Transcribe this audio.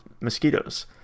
mosquitoes